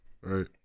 Right